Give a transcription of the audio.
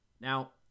Now